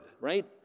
right